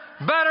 better